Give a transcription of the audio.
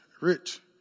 rich